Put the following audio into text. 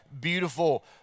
beautiful